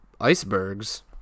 icebergs